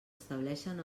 estableixen